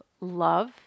love